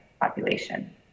population